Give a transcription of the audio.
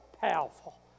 powerful